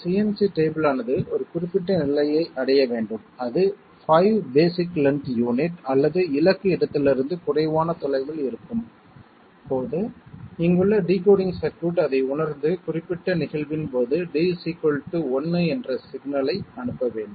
CNC table ஆனது ஒரு குறிப்பிட்ட நிலையை அடைய வேண்டும் அது 5 பேஸிக் லென்த் யூனிட் அல்லது இலக்கு இடத்திலிருந்து குறைவான தொலைவில் இருக்கும் போது இங்குள்ள டிகோடிங் சர்க்யூட் அதை உணர்ந்து குறிப்பிட்ட நிகழ்வின் போது d 1 என்ற சிக்னல் ஐ அனுப்ப வேண்டும்